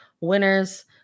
winners